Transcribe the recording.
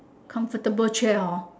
comfortable chair hor